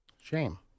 Shame